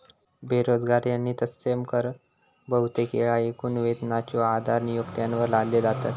बेरोजगारी आणि तत्सम कर बहुतेक येळा एकूण वेतनाच्यो आधारे नियोक्त्यांवर लादले जातत